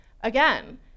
again